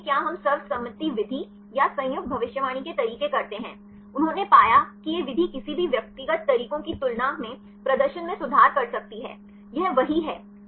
देखें कि क्या हम यह सर्वसम्मति विधि या संयुक्त भविष्यवाणी के तरीके करते हैं उन्होंने पाया कि यह विधि किसी भी व्यक्तिगत तरीकों की तुलना में प्रदर्शन में सुधार कर सकती है यह वही है